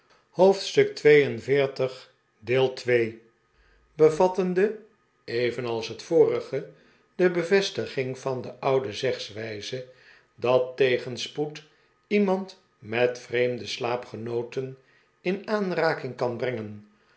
hoofdstuk xlil bevattende eyenals net vorige de bevestiging van de oude zegswijze dat tegenspoed iemand met vreemde slaapgenooten in aanraking kan